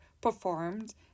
performed